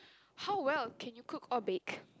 how well can you cook or bake